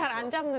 and